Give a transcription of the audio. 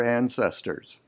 ancestors